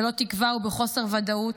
ללא תקווה ובחוסר ודאות,